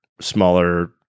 smaller